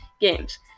games